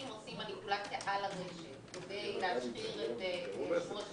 אם עושים מניפולציה על הרשת כדי להשחיר את שמו של